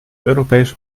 europees